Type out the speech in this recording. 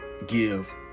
give